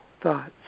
thoughts